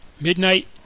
Midnight